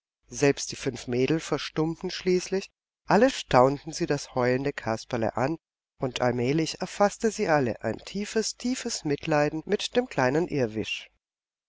selbst die fünf mädel verstummten schließlich alle staunten sie das heulende kasperle an und allmählich erfaßte sie alle ein tiefes tiefes mitleiden mit dem kleinen